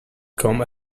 come